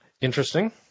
Interesting